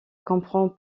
comprend